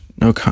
no